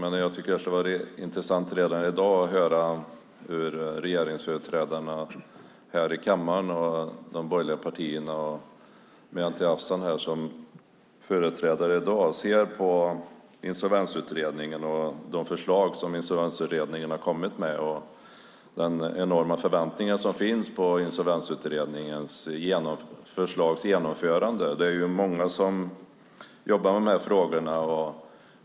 Men det kunde vara intressant att redan i dag från Anti Avsan höra hur företrädarna för regeringen och de borgerliga partierna här i kammaren ser på Insolvensutredningen och på de förslag som den kommit med liksom på de enorma förväntningar som finns på genomförandet av Insolvensutredningens förslag. Det är många som jobbar med de här frågorna.